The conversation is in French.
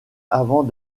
avant